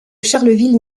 charleville